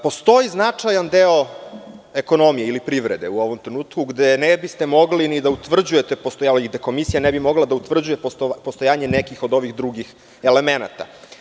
Postoji značajan deo ekonomije ili privrede u ovom trenutku gde ne biste mogli ni da utvrđujete, odnosno gde komisija ne bi mogla da utvrđuje postojanje nekih od ovih drugih elemenata.